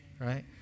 right